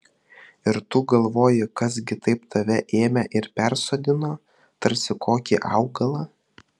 ir tu galvoji kas gi taip tave ėmė ir persodino tarsi kokį augalą